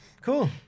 Cool